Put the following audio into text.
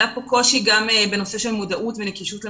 עלה פה קושי גם בנושא של מודעות ונגישות למידע.